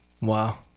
Wow